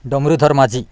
Dambarudhar Majhi